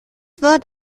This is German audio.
wird